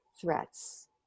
threats